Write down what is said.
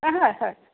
অ হয় হয়